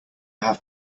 have